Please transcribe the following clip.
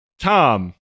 Tom